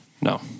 No